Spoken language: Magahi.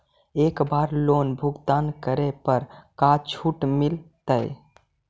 एक बार लोन भुगतान करे पर का छुट मिल तइ?